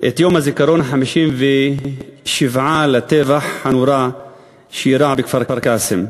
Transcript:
את יום הזיכרון ה-57 לטבח הנורא שאירע בכפר-קאסם,